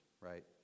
right